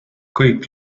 kõik